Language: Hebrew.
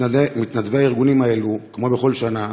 מתנדבי הארגונים האלה, כמו בכל שנה